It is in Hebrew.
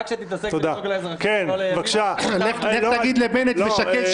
אתה כשתתעסק לדאוג לאזרחים במקום לימין --- לך תגיד לבנט ושקד,